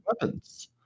weapons